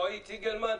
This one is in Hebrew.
רועי ציגלמן,